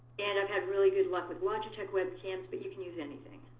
and i've had really good luck with logitech webcams, but you can use anything.